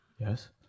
Yes